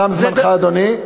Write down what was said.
תם זמנך, אדוני.